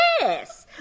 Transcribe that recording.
Yes